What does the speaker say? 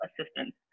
assistance